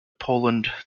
poland